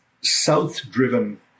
South-driven